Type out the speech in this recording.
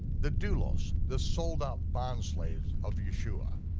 the doulos, the sold out bond slaves of yeshua.